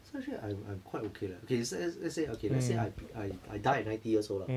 so actually I'm I'm quite okay leh okay let's say let's say okay let's say I I I die at ninety years old lah